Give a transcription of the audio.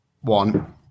one